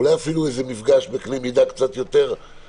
אולי אפילו מפגש בקנה מידה יותר רחב,